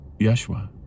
Yeshua